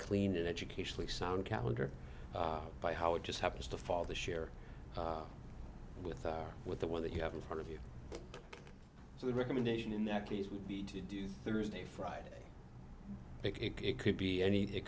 clean and educationally sound calendar by how it just happens to fall the share with our with the one that you have in front of you so the recommendation in that case would be to do thursday friday it could be any it